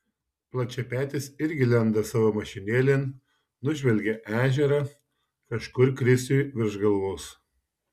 plačiapetis irgi lenda savo mašinėlėn nužvelgia ežerą kažkur krisiui virš galvos